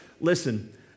Listen